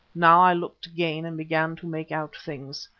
now i looked again and began to make out things.